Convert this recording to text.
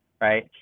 right